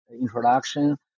introduction